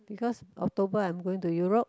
because October I'm going to Europe